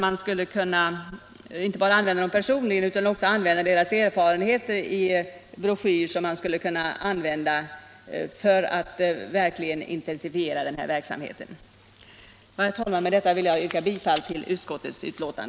Man skulle också kunna redovisa deras erfarenheter i en broschyr som skulle kunna användas i den här verksamheten. Herr talman! Med detta vill jag yrka bifall till utskottets hemställan.